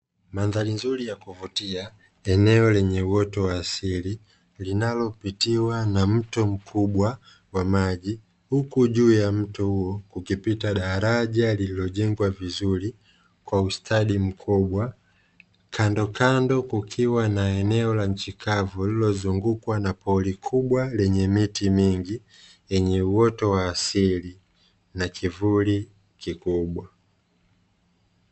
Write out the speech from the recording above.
Mandhari nzuri ya kuvutia eneo lenye uoto wa asili, linalopitiwa na mto mkubwa wa maji huku juu ya mto huo ukipita daraja lililojengwa vizuri kwa ustadi mkubwa; Kandokando kukiwa na eneo la nchi kavu lililozungukwa na pori kubwa lenye miti mingi, yenye uoto wa asili na kivuli kikubwa.